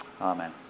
Amen